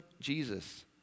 Jesus